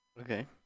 Okay